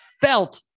felt